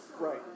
right